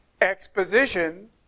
exposition